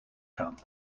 gaan